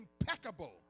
impeccable